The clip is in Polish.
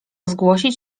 zgłosić